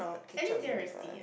at least you're a C